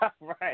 Right